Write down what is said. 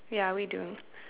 ya we don't